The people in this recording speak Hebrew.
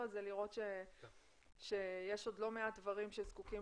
הזה לראות שיש עוד לא מעט דברים שזקוקים